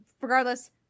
regardless